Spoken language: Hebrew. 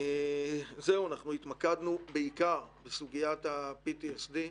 התמקדנו בעיקר בסוגיית ה-PTSD.